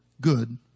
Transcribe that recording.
good